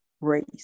race